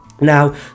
now